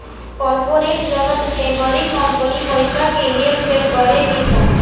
corporate जगत में बड़की कंपनी पइसा के हेर फेर करेली सन